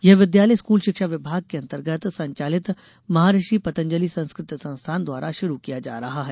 यह विद्यालय स्कूल शिक्षा विभाग के अंतर्गत संचालित महर्षि पंतजलि संस्कृत संस्थान द्वारा शुरू किया जा रहा है